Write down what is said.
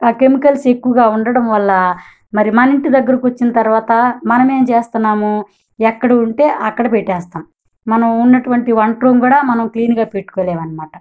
ఆ కెమికల్స్ ఎక్కువగా ఉండడం వల్ల మరి మన ఇంటి దగ్గరికి వచ్చిన తరువాత మనం ఏం చేస్తున్నాము ఎక్కడ ఉంటే అక్కడ పెట్టేస్తాము మనం ఉన్నటువంటి వంట రూమ్ కూడా మనం క్లీన్గా పెట్టుకోలేము అన్నమాట